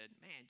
man